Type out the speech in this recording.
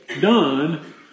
done